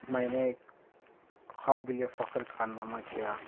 میں نے ایک قابلِ فخر کارنامہ کیا